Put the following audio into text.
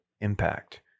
impact